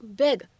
big